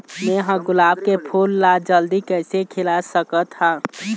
मैं ह गुलाब के फूल ला जल्दी कइसे खिला सकथ हा?